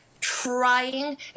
trying